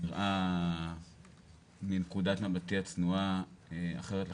נראה מנקודת מבטי הצנועה אחרת לחלוטין.